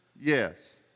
Yes